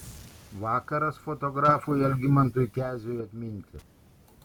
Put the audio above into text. vakaras fotografui algimantui keziui atminti